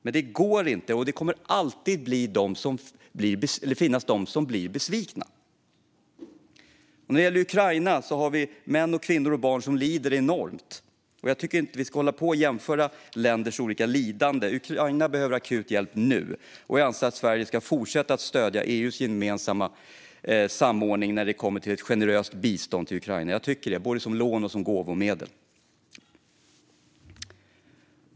Men det går inte, och det kommer alltid att finnas människor som blir besvikna. När det gäller Ukraina har vi män, kvinnor och barn som lider enormt. Jag tycker inte att vi ska hålla på och jämföra länders olika lidanden. Ukraina behöver akut hjälp nu. Och jag anser att Sverige ska fortsätta att stödja EU:s gemensamma samordning när det gäller ett generöst bistånd till Ukraina, både som lån och som gåvomedel.